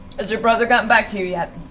has your brother gotten back to you yet?